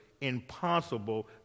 impossible